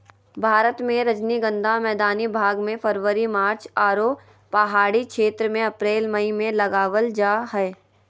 भारत मे रजनीगंधा मैदानी भाग मे फरवरी मार्च आरो पहाड़ी क्षेत्र मे अप्रैल मई मे लगावल जा हय